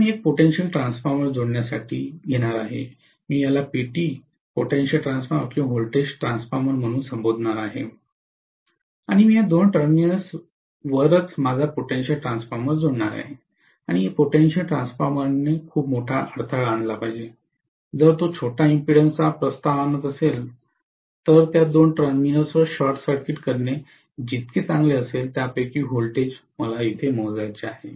आता मी एक पोटेंशियल ट्रान्सफॉर्मर जोडण्यासाठी आहे मी याला पीटी पोटेंशियल ट्रान्सफॉर्मर किंवा व्होल्टेज ट्रान्सफॉर्मर म्हणून संबोधणार आहे आणि मी या दोन टर्मिनलवरच माझा पोटेंशियल ट्रान्सफॉर्मर जोडणार आहे आणि पोटेंशियल ट्रान्सफॉर्मरने खूप मोठा अडथळा आणला पाहिजे जर तो छोटा इम्पीडेन्स चा प्रस्ताव आणत असेल तर त्या दोन टर्मिनल्सवर शॉर्ट सर्किट करणे जितके चांगले असेल त्यापैकी व्होल्टेज मोजायचे आहे